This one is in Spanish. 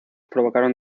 provocaron